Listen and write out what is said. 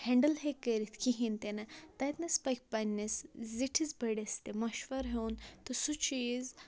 handle ہیٚکہِ کٔرِتھ کِہیٖنۍ تِنہٕ تَتِنَس پَکہِ پنٛنِس زِٹھِس بٔڑِس تہِ مَشوَرٕ ہیوٚن تہٕ سُہ چیٖز